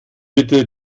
bitte